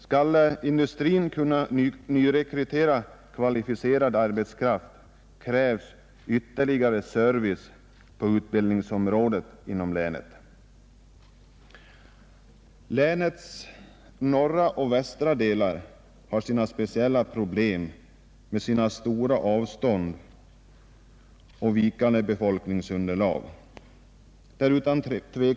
Skall industrin kunna nyrekrytera kvalificerad arbetskraft erfordras ytterligare service på utbildningsområdet inom länet. Länets norra och västra delar har sina speciella problem, med stora avstånd och vikande befolkningsunderlag.